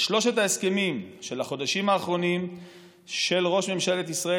שלושת ההסכמים של החודשים האחרונים של ראש ממשלת ישראל